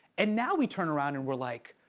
and now we turn around, and we're like,